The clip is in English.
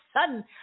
sudden